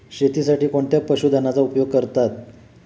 शेतीसाठी कोणत्या पशुधनाचा उपयोग करतात?